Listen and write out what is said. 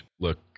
look